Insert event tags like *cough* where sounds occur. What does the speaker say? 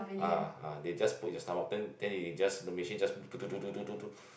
ah ah they just put your stomach then then the machine just *noise*